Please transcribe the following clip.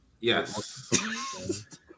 Yes